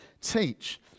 teach